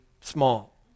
small